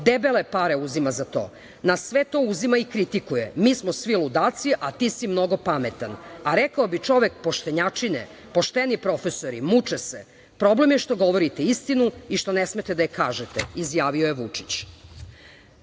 debele pare uzima za to, na sve to uzima i kritikuje, mi smo svi ludaci, a ti si mnogo pametan, a rekao bi čovek poštenjačine, pošteni profesori, muče se, problem je što govorite istinu i što ne smete da je kažete“, izjavio je